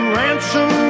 ransom